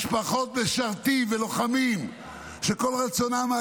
משפחות משרתים ולוחמים שכל רצונם היה